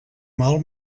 mal